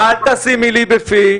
אל תשים מילים בפי.